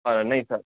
હ નઈ સર